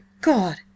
God